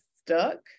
stuck